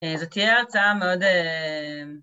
‫זה תהיה הרצאה מאוד...